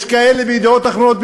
יש כאלה ב"ידיעות אחרונות",